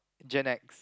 gen X